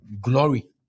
glory